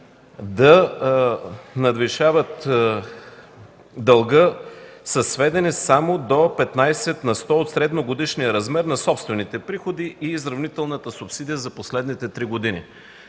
да надвишават дълга са сведени само до 15 на сто от средногодишния размер на собствените приходи и изравнителната субсидия за последните три години.